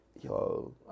yo